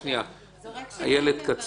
אני אתן לאיילת.